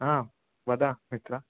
आं वद मित्र